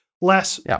less